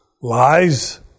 lies